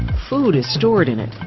food is stored in it.